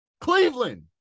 Cleveland